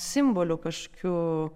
simboliu kažkokiu